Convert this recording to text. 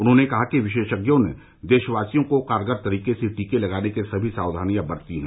उन्होंने कहा कि विशेषज्ञों ने देशवासियों को कारगर तरीके से टीके लगाने के लिए सभी साक्यानिया बरती हैं